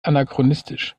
anachronistisch